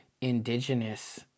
indigenous